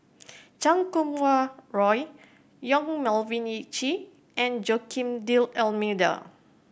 CKum Wah Roy Yong Melvin Yik Chye and Joaquim D'Almeida